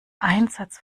einsatz